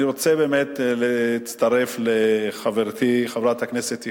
אני רוצה להצטרף לחברתי, חברת הכנסת יחימוביץ,